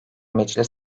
meclis